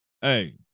hey